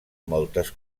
moltes